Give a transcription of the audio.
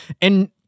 And-